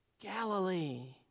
Galilee